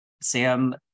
Sam